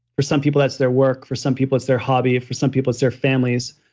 for some people, that's their work. for some people, it's their hobby. for some people it's their families,